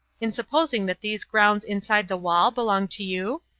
in supposing that these grounds inside the wall belong to you?